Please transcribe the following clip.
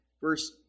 verse